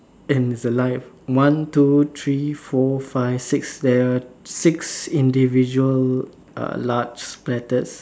and it's alive one two three four five six seven six individual uh large splatters